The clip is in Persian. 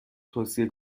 توصیه